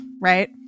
right